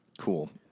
Cool